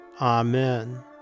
Amen